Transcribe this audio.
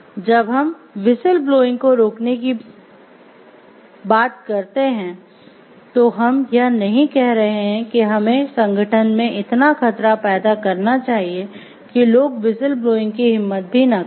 जब हम whistle blowing को रोकने की करते हैं तो हम यह नहीं कह रहे हैं कि हमें संगठन में इतना खतरा पैदा करना चाहिए कि लोग व्हिसिल ब्लोइंग की हिम्मत ही न करें